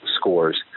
scores